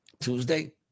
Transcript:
Tuesday